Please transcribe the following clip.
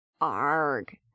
arg